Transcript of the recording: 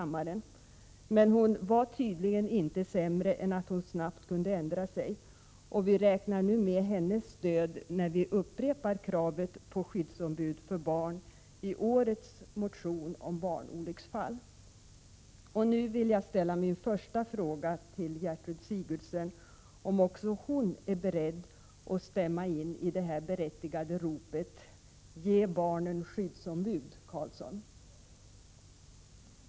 Men hon var tydligen inte sämre människa än att hon snabbt kunde ändra sig. Vi räknar nu med hennes stöd när vi i årets motion om barnolycksfall upprepar kravet på skyddsombud för barn. Jag ställer nu min första fråga till Gertrud Sigurdsen, nämligen om också hon är beredd att stämma in i det berättigade ropet ”Ge barnen skyddsombud, Carlsson”.